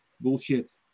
Bullshit